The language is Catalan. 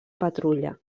patrulla